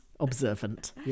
Observant